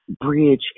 bridge